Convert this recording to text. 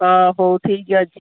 ହଉ ଠିକ୍ ଅଛି